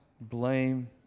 blame